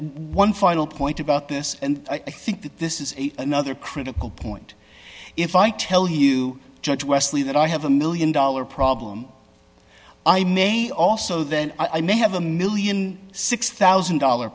one final point about this and i think that this is another critical point if i tell you judge wesley that i have a one million dollars problem i may also then i may have a one million six thousand dollar